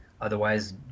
otherwise